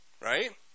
right